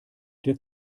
der